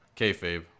kayfabe